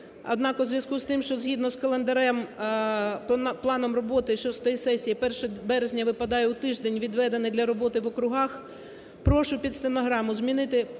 Однак, у зв’язку з тим, що згідно з календарним планом роботи шостої сесії 1 березня випадає у тиждень, відведений для роботи в округах, прошу під стенограму змінити